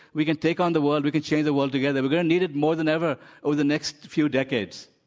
we can take on the world, we can change the world together. we're going to need it more than ever over the next few decades.